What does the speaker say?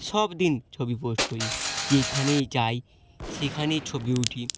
সব দিন ছবি পোস্ট করি যেখানেই যাই সেখানেই ছবি উঠি